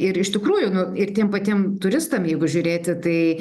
ir iš tikrųjų nu ir tiem patiem turistam jeigu žiūrėti tai